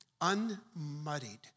unmuddied